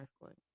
earthquake